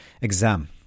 exam